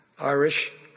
Irish